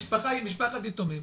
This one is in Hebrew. המשפחה היא משפחת יתומים